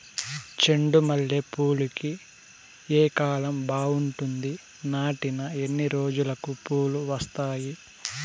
చెండు మల్లె పూలుకి ఏ కాలం బావుంటుంది? నాటిన ఎన్ని రోజులకు పూలు వస్తాయి?